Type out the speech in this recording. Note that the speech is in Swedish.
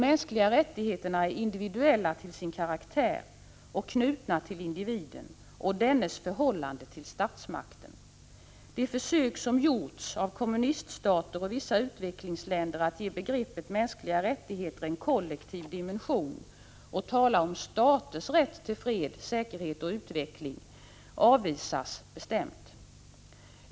De mänskliga rättigheterna är individuella till sin karaktäroch = Zl Goa knutna till individen och dennes förhållande till statsmakten. De försök som har gjorts av kommuniststater och vissa utvecklingsländer att ge begreppet mänskliga rättigheter en kollektiv dimension och tala om staters rätt till fred, säkerhet och utveckling avvisas bestämt.